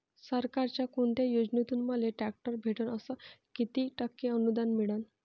सरकारच्या कोनत्या योजनेतून मले ट्रॅक्टर भेटन अस किती टक्के अनुदान मिळन?